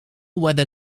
weather